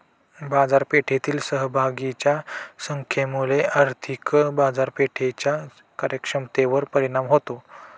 बाजारपेठेतील सहभागींच्या संख्येमुळे आर्थिक बाजारपेठेच्या कार्यक्षमतेवर परिणाम होतो